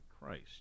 Christ